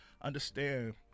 Understand